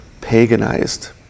paganized